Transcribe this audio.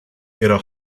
ihre